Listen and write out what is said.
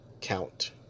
count